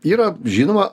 yra žinoma